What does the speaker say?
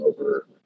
over